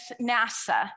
NASA